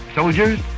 Soldiers